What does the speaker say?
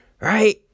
Right